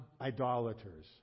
idolaters